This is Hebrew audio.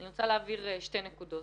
אני רוצה להבהיר שתי נקודות.